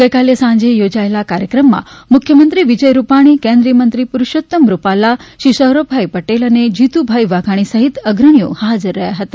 ગઈકાલે સાંજે યોજાયેલા કાર્યક્રમમાં મુખ્યમંત્રી વિજય રૂપાણી કેન્દ્રીય મંત્રી પરષોતમ રૂપાલા શ્રી સૌરભ પટેલ અને શ્રી જીતુભાઇ વાઘાણી સહિત અગ્રણીઓ હાજર રહ્યા હતા